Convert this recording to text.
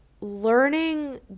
learning